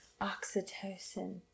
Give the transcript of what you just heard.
oxytocin